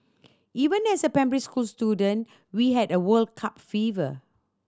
even as a primary school student we had a World Cup fever